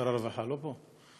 שר הרווחה לא פה?